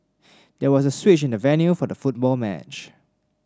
there was a switch in the venue for the football match